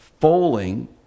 falling